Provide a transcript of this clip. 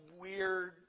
weird